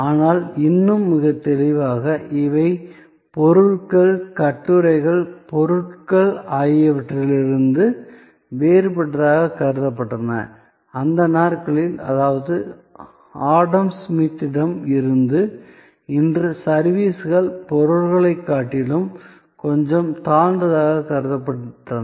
ஆனால் இன்னும் மிகத் தெளிவாக இவை பொருட்கள் கட்டுரைகள் பொருள்கள் ஆகியவற்றிலிருந்து வேறுபட்டதாகக் கருதப்பட்டன அந்த நாட்களில் அதாவது ஆடம் ஸ்மித்திடம் இருந்து இன்று சர்விஸ்கள் பொருட்களைக் காட்டிலும் கொஞ்சம் தாழ்ந்ததாகக் கருதப்பட்டன